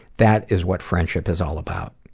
that is what friendship is all about.